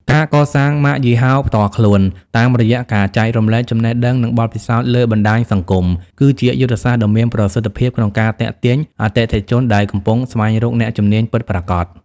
ការកសាងម៉ាកយីហោផ្ទាល់ខ្លួន តាមរយៈការចែករំលែកចំណេះដឹង និងបទពិសោធន៍លើបណ្ដាញសង្គម គឺជាយុទ្ធសាស្ត្រដ៏មានប្រសិទ្ធភាពក្នុងការទាក់ទាញអតិថិជនដែលកំពុងស្វែងរកអ្នកជំនាញពិតប្រាកដ។